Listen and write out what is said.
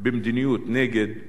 במדיניות נגד,